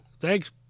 Thanks